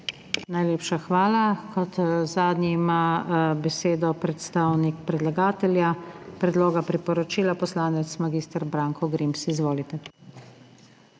Najlepša hvala. Kot zadnji ima besedo predstavnik predlagatelja predloga priporočila, poslanec mag. Branko Grims. Izvolite.